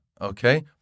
Okay